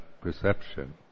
perception